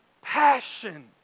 passion